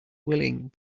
willing